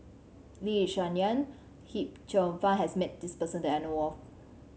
Lee Yi Shyan Hip Cheong Fun has met this person that I know of